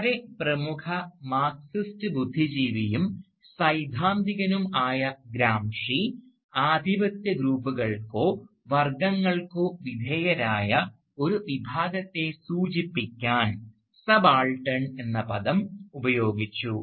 വളരെ പ്രമുഖ മാർക്സിസ്റ്റ് ബുദ്ധിജീവിയും സൈദ്ധാന്തികനും ആയ ഗ്രാംഷി ആധിപത്യ ഗ്രൂപ്പുകൾക്കോ വർഗ്ഗങ്ങൾക്കോ വിധേയരായ ഒരു വിഭാഗത്തെ സൂചിപ്പിക്കാൻ സബാൾട്ടൻ എന്ന പദം ഉപയോഗിച്ചു